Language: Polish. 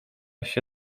się